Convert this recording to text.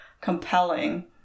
compelling